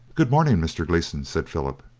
good morning, mr. gleeson, said philip.